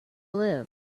live